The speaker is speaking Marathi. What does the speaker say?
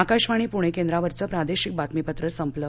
आकाशवाणी पुणे केंद्रावरचं प्रादेशिक बातमीपत्र संपलं